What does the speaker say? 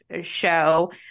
show